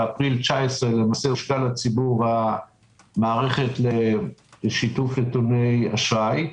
באפריל 2019 הושקה לציבור המערכת לשיתוף נתוני אשראי.